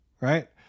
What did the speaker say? right